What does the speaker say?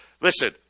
listen